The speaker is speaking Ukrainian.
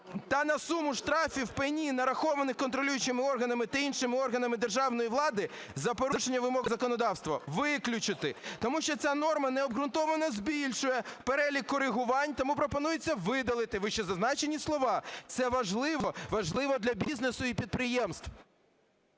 "та на суму штрафів пені, нарахованих контролюючими органами та іншими органами державної влади, за порушення вимог законодавства" виключити. Тому що ця норма необґрунтовано збільшує перелік корегувань, тому пропонується видалити вищезазначені слова. Це важливо, важливо для бізнесу і підприємств.